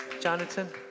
Jonathan